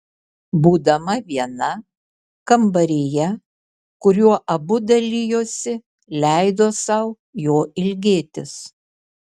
būdama viena kambaryje kuriuo abu dalijosi leido sau jo ilgėtis